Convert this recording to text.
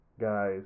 guys